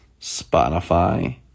Spotify